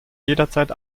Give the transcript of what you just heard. jederzeit